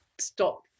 stop